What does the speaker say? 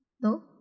No